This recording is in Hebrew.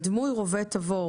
דמוי רובה תבור